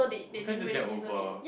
why can't just get over